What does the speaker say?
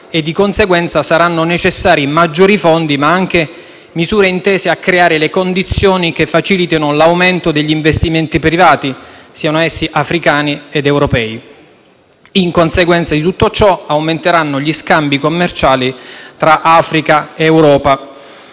e di conseguenza saranno necessari maggiori fondi, ma anche misure intese a creare le condizioni che facilitino l'aumento degli investimenti privati, siano essi africani o europei. In conseguenza di tutto ciò, aumenteranno gli scambi commerciali tra Africa e Europa.